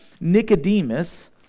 Nicodemus